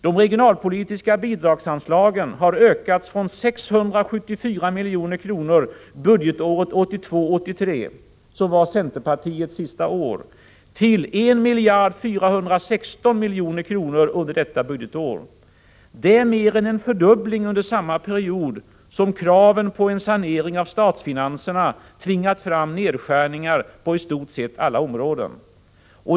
De regionalpolitiska bidragsanslagen har ökats från 674 milj.kr. budgetåret 1982/83, dvs. den budget som var resultatet av centerpartiets sista år i regeringsställning, till I 416 milj.kr. under detta budgetår. Det är mer än en fördubbling under samma period som kraven på en sanering av statsfinanserna tvingat fram nedskärningar på i stort sett alla områden.